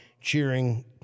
cheering